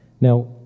Now